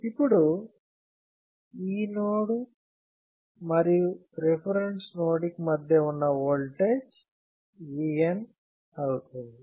ఇప్పుడు ఈ నోడు మరియు రిఫరెన్స్ నోడ్ కి మధ్య ఉన్న ఓల్టేజ్ Vn అవుతుంది